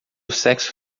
sexo